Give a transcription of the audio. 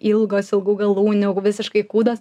ilgos ilgų galūnių visiškai kūdos